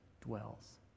dwells